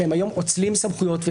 שהיום הם אוצלים סמכויות,